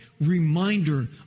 reminder